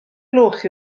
gloch